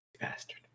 bastard